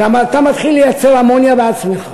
שאתה מתחיל לייצר אמוניה בעצמך,